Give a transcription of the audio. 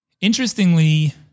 interestingly